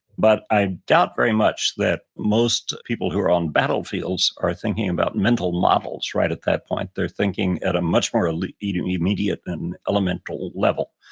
but i doubt very much that most people who are on battlefields are thinking about mental models right at that point. they're thinking at a much more like and immediate and elemental level.